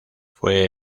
fue